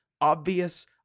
obvious